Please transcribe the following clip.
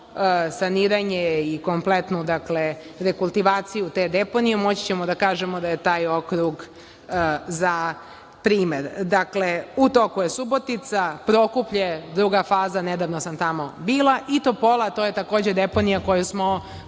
saniranje i kompletnu rekultivaciju te deponije, moći ćemo da kažemo da je taj okrug za primer. Dakle, u toku je Subotica, Prokuplje – druga faza, nedavno sam tamo bila. Topola, to je takođe deponija koju smo